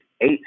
eight